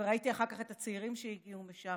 וראיתי אחר כך את הצעירים שהגיעו משם.